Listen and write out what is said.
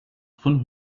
von